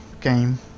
game